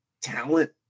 talent